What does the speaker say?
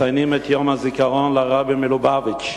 מציינים את יום הזיכרון לרבי מלובביץ',